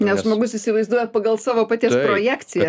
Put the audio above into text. nes žmogus įsivaizduoja pagal savo paties projekciją